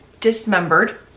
dismembered